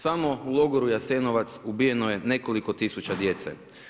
Samo u logoru Jasenovac ubijeno je nekoliko tisuća djece.